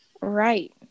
right